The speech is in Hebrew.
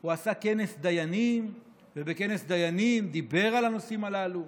הוא עשה כנס דיינים ובכנס דיינים דיבר על הנושאים הללו.